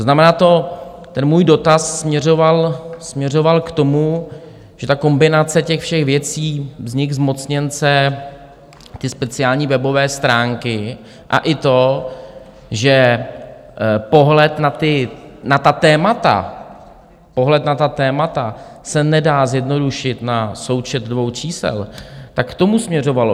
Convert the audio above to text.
Znamená to, ten můj dotaz směřoval k tomu, že kombinace těch všech věcí, vznik zmocněnce, speciální webové stránky a i to, že pohled na ta témata, pohled na ta témata se nedá zjednodušit na součet dvou čísel, tak k tomu směřovalo.